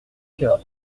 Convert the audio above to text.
cœur